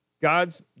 God's